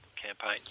campaign